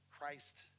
Christ